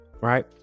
right